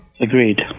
agreed